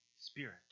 spirit